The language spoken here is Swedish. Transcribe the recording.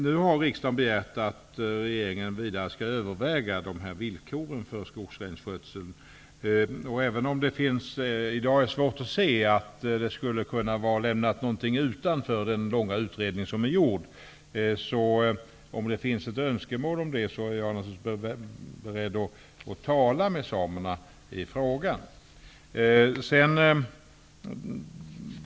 Nu har riksdagen begärt att regeringen vidare skall överväga villkoren för skogsrenskötsel. Även om det i dag är svårt att se att någonting skulle ha lämnats utanför i den långa utredningen som gjorts är jag naturligtvis, om det finns önskemål om det, beredd att tala med samerna i frågan.